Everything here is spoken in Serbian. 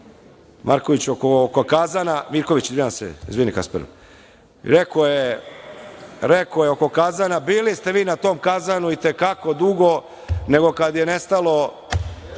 Marković oko kazana, Mirković, izvinjavam se, rekao je oko kazana - bili ste vi na to tom kazanu i te kako dugo, nego kad je nestalo